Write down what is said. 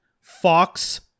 Fox